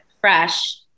fresh